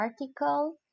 article